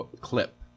clip